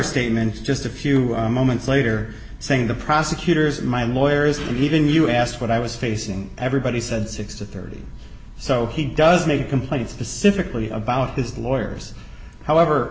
statements just a few moments later saying the prosecutors my lawyers even you asked what i was facing everybody said six to thirty so he does make a complaint specifically about his lawyers however